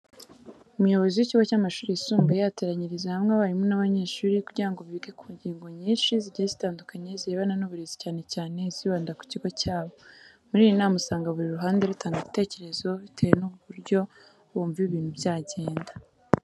Umuyobozi w'ikigo cy'amashuri yisumbuye ateranyiriza hamwe abarimu n'abanyeshuri kugira ngo bige ku ngingo nyinshi zigiye zitandukanye zirebana n'uburezi cyane cyane izibanda ku kigo cyabo. Muri iyi nama usanga buri ruhande rutanga igitekerezo bitewe n'uburyo bumva ibintu byagenda.